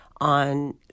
on